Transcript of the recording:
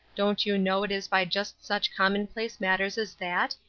don't you know it is by just such common-place matters as that,